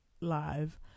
live